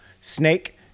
Snake